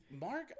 Mark